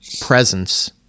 presence